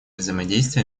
взаимодействия